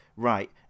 Right